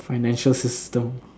financial system